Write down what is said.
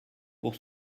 pour